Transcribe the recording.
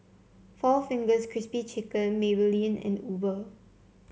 Four Fingers Crispy Chicken Maybelline and Uber